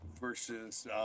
versus